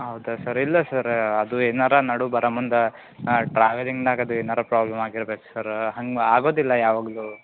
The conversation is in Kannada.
ಹೌದಾ ಸರ್ ಇಲ್ಲ ಸರ್ ಅದು ಏನಾರೂ ನಡು ಬರೋ ಮುಂದೆ ಟ್ರಾವೆಲಿಂಗ್ನಾಗೆ ಅದು ಏನಾರೂ ಪ್ರಾಬ್ಲಮ್ ಆಗಿರ್ಬೇಕು ಸರ್ರ ಹಂಗೆ ಆಗೋದಿಲ್ಲ ಯಾವಾಗಲು